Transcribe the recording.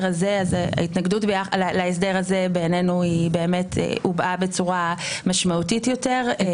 הזה בעינינו היא הובעה בצורה משמעותית יותר.